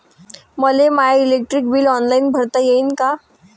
मले my electric bill online भरता येईन का?